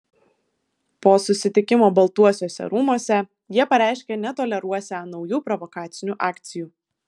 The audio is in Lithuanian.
po susitikimo baltuosiuose rūmuose jie pareiškė netoleruosią naujų provokacinių akcijų